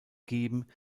geben